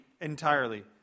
entirely